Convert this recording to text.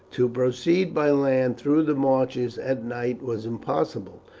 to proceed by land through the marshes at night was impossible,